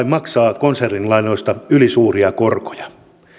maksaa konsernin lainoista ylisuuria korkoja